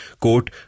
quote